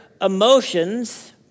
emotions